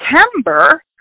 September